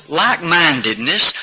like-mindedness